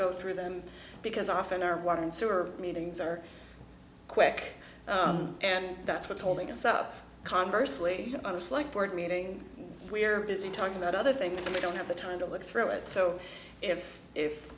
go through them because often our water and sewer meetings are quick and that's what's holding us up conversely i dislike board meeting we're busy talking about other things and we don't have the time to look through it so if if